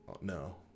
no